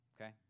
okay